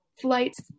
Flights